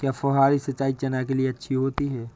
क्या फुहारी सिंचाई चना के लिए अच्छी होती है?